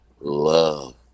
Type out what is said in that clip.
love